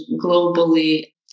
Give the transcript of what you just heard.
globally